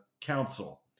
Council